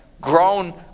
grown